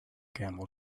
camel